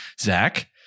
Zach